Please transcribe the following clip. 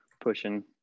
pushing